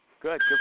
Good